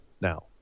now